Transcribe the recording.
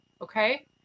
Okay